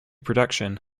production